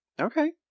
Okay